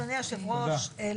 אדוני היושב-ראש,